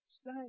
Stay